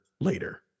later